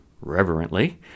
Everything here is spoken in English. Reverently